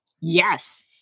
Yes